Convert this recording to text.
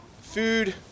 food